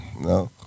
No